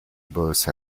bosse